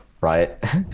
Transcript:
right